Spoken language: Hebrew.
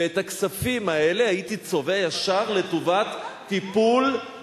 ואת הכספים האלה הייתי צובע ישר לטובת טיפול,